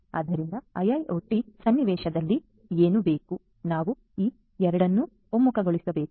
ಆದ್ದರಿಂದ IIoT ಸನ್ನಿವೇಶದಲ್ಲಿ ಏನು ಬೇಕು ನಾವು ಈ ಎರಡನ್ನು ಒಮ್ಮುಖಗೊಳಿಸಬೇಕು